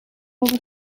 over